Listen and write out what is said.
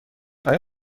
آیا